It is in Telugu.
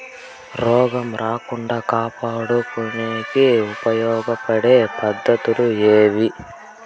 రోగం రాకుండా కాపాడుకునేకి ఉపయోగపడే పద్ధతులు ఏవి?